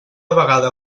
vegada